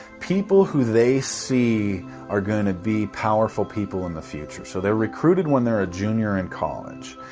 people who they see are gonna be powerful people in the future. so they're recruited when they're a junior in college.